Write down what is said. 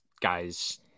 guys